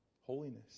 holiness